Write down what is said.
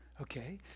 Okay